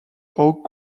oak